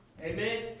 Amen